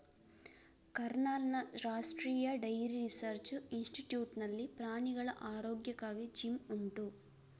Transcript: ಕರ್ನಾಲ್ನ ರಾಷ್ಟ್ರೀಯ dairy research institute ನಲ್ಲಿ ಪ್ರಾಣಿಗಳ ಆರೋಗ್ಯಕ್ಕಾಗಿ ಜಿಮ್ ಉಂಟು